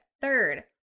Third